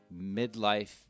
midlife